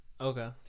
okay